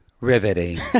Riveting